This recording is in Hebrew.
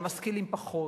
המשכילים פחות.